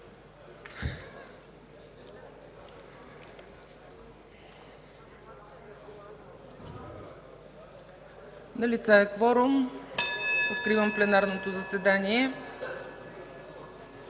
Налице е кворум. Откривам пленарното заседание.